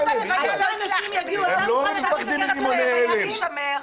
הם כבר לא פוחדים מרימוני הלם.